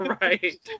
right